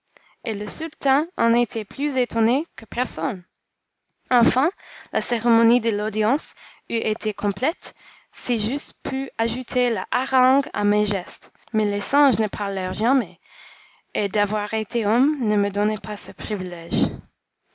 et le sultan en était plus étonné que personne enfin la cérémonie de l'audience eût été complète si j'eusse pu ajouter la harangue à mes gestes mais les singes ne parlèrent jamais et d'avoir été homme ne me donnait pas ce privilège